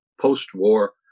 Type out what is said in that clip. post-war